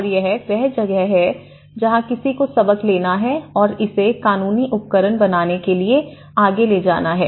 और यह वह जगह है जहां किसी को सबक लेना है और इसे कानूनी उपकरण बनाने के लिए आगे ले जाना है